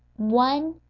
one,